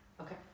Okay